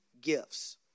gifts